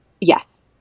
Yes